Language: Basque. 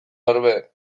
orbe